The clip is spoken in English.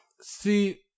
see